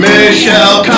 Michelle